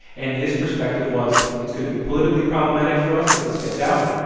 and his perspective was it's going to be politically problematic for us if this gets out.